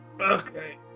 okay